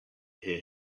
hear